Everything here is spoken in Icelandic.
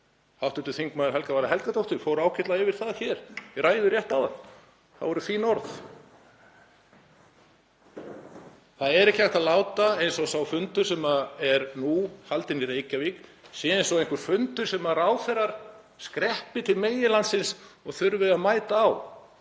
Hv. þm. Helga Vala Helgadóttir fór ágætlega yfir það í ræðu rétt áðan, það voru fín orð. Það er ekki hægt að láta eins og sá fundur sem er nú haldinn í Reykjavík sé eins og einhver fundur sem ráðherrar skreppi til meginlandsins og þurfi að mæta á